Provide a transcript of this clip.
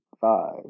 five